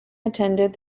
attended